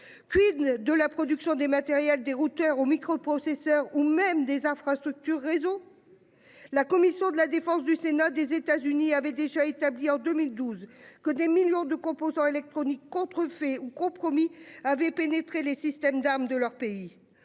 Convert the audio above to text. Quid de la production des matériels des routeurs au micro processeur ou même des infrastructures réseau. La commission de la Défense du Sénat des États-Unis avait déjà établi en 2012 que des millions de composants électroniques contrefaits ou compromis avait pénétré les systèmes d'armes de leur pays